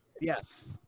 Yes